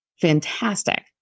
fantastic